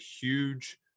huge